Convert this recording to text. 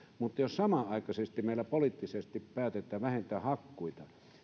mutta jos samanaikaisesti meillä poliittisesti päätetään vähentää hakkuita